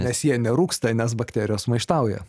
nes jie nerūgsta nes bakterijos maištauja